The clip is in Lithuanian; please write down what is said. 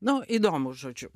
nu įdomu žodžiu